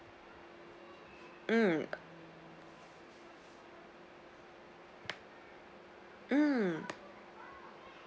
mm mm